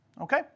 Okay